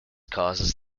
causes